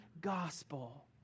gospel